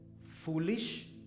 foolish